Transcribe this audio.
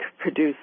produce